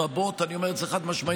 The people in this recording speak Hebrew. אני אומר את זה חד-משמעית,